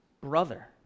brother